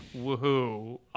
woohoo